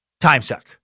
timesuck